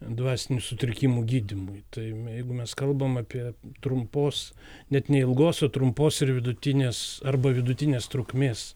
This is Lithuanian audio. dvasinių sutrikimų gydymui tai jeigu mes kalbam apie trumpos net neilgos o trumpos ir vidutinės arba vidutinės trukmės